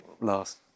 last